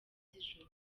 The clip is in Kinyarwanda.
z’ijoro